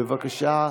בבקשה.